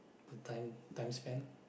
the time time span